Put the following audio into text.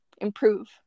improve